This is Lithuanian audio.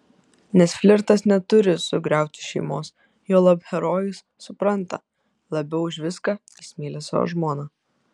nes flirtas neturi sugriauti šeimos juolab herojus supranta labiau už viską jis myli savo žmoną